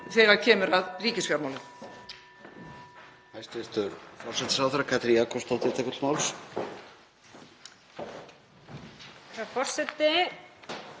þegar kemur að ríkisfjármálum?